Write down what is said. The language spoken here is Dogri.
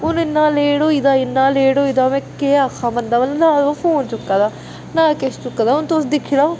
हून इन्ना लेट होई गेदा इन्ना लेट होई गेदा में केह् आक्खां बंदा मतलब ना ते ओह् फोन चुक्का दा नां किछ चुक्का दा हून तुस दिक्खी लैओ